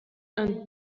and